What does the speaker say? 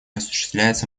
осуществляется